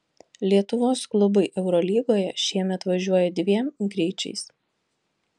lietuvos klubai eurolygoje šiemet važiuoja dviem greičiais